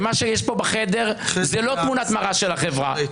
ומה שיש פה בחדר זה לא תמונת מראה של החברה,